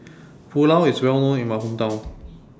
Pulao IS Well known in My Hometown